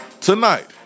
tonight